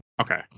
Okay